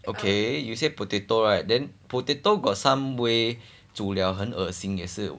okay you say potato right then potato got some way 煮 liao 很恶心也是